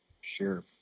Sure